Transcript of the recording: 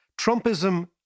Trumpism